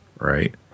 right